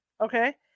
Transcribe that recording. Okay